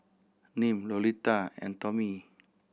Nim Lolita and Tomie